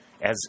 as